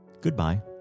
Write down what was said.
goodbye